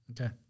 Okay